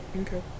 Okay